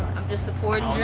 i'm just supporting